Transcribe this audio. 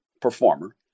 performer